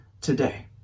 today